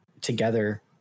together